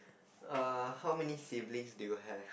err how many siblings do you have